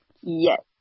Yes